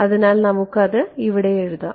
അതിനാൽ നമുക്ക് അത് ഇവിടെ എഴുതാം